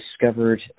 discovered